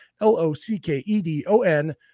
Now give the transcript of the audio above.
L-O-C-K-E-D-O-N